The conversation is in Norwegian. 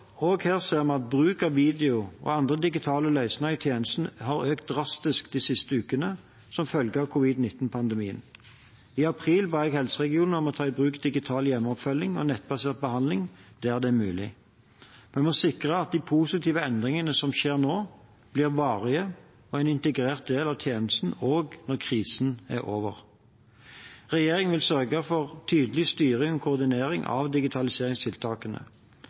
her ser vi at bruk av video og andre digitale løsninger i tjenesten har økt drastisk de siste ukene som følge av covid-19-pandemien. I april ba jeg helseregionene om å ta i bruk digital hjemmeoppfølging og nettbasert behandling der det er mulig. Vi må sikre at de positive endringene som skjer nå, blir varige og en integrert del av tjenesten også når krisen er over. Regjeringen vil sørge for tydelig styring og koordinering av digitaliseringstiltakene.